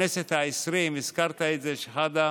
בכנסת העשרים, הזכרת את זה, שחאדה,